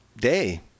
day